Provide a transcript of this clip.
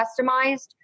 customized